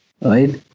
right